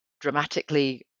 dramatically